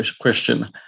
question